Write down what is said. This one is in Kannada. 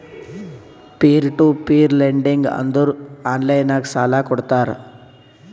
ಪೀರ್ ಟು ಪೀರ್ ಲೆಂಡಿಂಗ್ ಅಂದುರ್ ಆನ್ಲೈನ್ ನಾಗ್ ಸಾಲಾ ಕೊಡ್ತಾರ